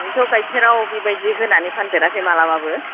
आंथ' गाइखेराव बेबादि होनानै फानफेराखै मालाबाबो